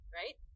right